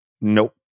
Nope